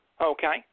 okay